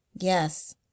Yes